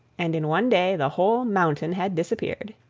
and in one day the whole mountain had disappeared.